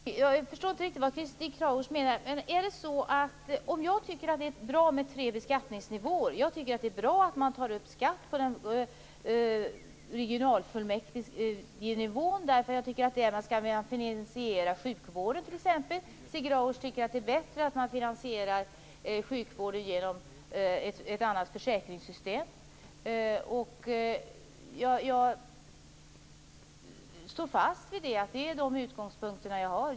Herr talman! Jag förstår inte riktigt vad Stig Grauers menar. Är det så att han undrar om jag tycker att det är bra med tre beskattningsnivåer? Jag tycker att det är bra att man tar upp skatt på den regionala nivån. Jag tycker att det är där man skall finansiera t.ex. sjukvården. Stig Grauers tycker att det är bättre att man finansierar sjukvården genom ett annat försäkringssystem. Jag står fast vid att det är dessa utgångspunkter jag har.